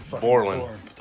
Borland